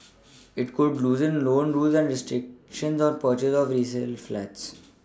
it could loosen loan rules and restrictions on purchase of resale flats